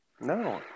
no